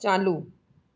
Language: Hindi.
चालू